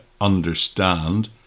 understand